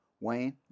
Wayne